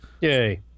Yay